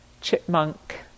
chipmunk